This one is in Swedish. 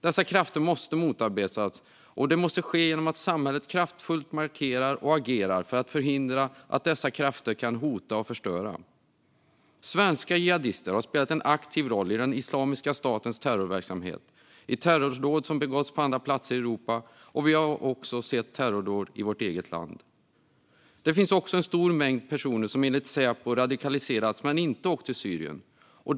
Dessa krafter måste motarbetas, och det måste ske genom att samhället kraftfullt markerar och agerar för att förhindra att dessa krafter kan hota och förstöra. Svenska jihadister har spelat en aktiv roll i den Islamiska statens terrorverksamhet i terrordåd som begåtts på andra platser i Europa, och vi har också sett terrordåd i vårt eget land. Det finns också en stor mängd personer som enligt Säpo radikaliserats men inte åkt till Syrien.